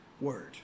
Word